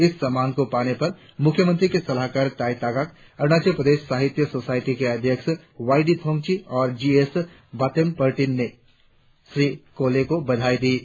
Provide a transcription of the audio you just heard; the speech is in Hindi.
इस सम्मान को पाने पर मुख्यमंत्री के सलाहकार ताई तागाक अरुणाचल प्रदेश साहित्य सोसायटी के अध्यक्ष वाई डी थोंगची और जी एस बातेम पार्टिन ने श्री कोले को बधाई दी है